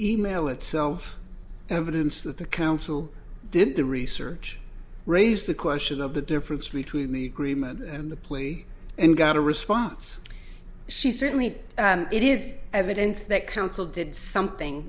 e mail itself evidence that the council did the research raised the question of the difference between the agreement and the plea and got a response she certainly it is evidence that counsel did something